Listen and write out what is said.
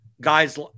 guys